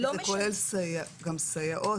כולל סייעות?